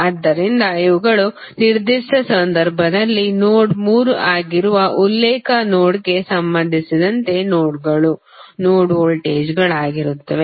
ಆದ್ದರಿಂದ ಇವುಗಳು ನಿರ್ದಿಷ್ಟ ಸಂದರ್ಭದಲ್ಲಿ ನೋಡ್ ಮೂರು ಆಗಿರುವ ಉಲ್ಲೇಖ ನೋಡ್ಗೆ ಸಂಬಂಧಿಸಿದಂತೆ ನೋಡ್ಗಳು ನೋಡ್ ವೋಲ್ಟೇಜ್ಗಳಾಗಿರುತ್ತವೆ